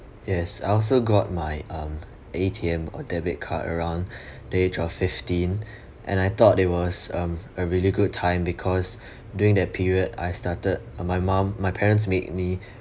yes I also got my um A_T_M or debit card around the age of fifteen and I thought it was um a really good time because during that period I started uh my mom my parents made me